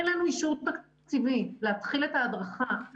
זה משבר מתמשך, אתה אמרת,